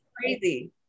crazy